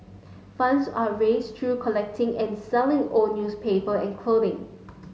funds are raised through collecting and selling old newspaper and clothing